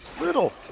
little